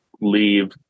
leave